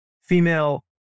female